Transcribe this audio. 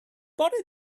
bore